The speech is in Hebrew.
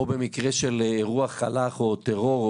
או במקרה של אירוע חל"כ או טרור,